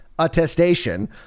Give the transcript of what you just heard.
Attestation